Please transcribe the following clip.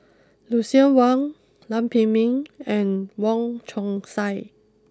Lucien Wang Lam Pin Min and Wong Chong Sai